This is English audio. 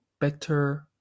better